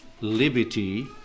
liberty